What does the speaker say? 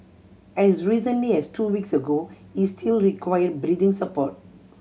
as recently as two weeks ago he still required breathing support